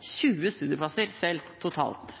20 studieplasser totalt –